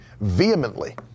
vehemently